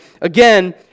again